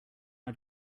our